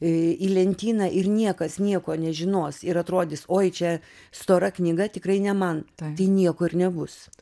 į lentyną ir niekas nieko nežinos ir atrodys oi čia stora knyga tikrai ne man tai nieko ir nebus